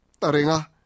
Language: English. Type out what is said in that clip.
taringa